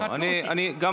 אני מסיים.